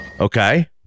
Okay